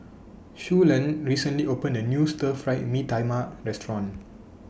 Suellen recently opened A New Stir Fried Mee Tai Mak Restaurant